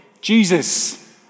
Jesus